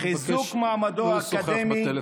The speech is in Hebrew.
אני מבקש שלא לשוחח בטלפון.